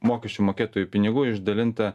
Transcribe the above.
mokesčių mokėtojų pinigų išdalinta